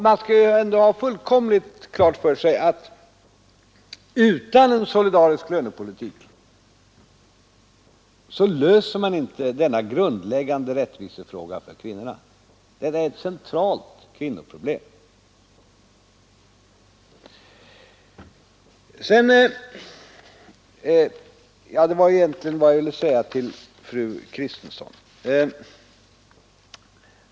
Man skall ändå ha fullkomligt klart för sig att utan en solidarisk lönepolitik löser man inte denna grundläggande rättvisefråga för kvinnorna. Den är ett centralt kvinnoproblem. Detta var egentligen vad jag ville säga till fru Kristensson.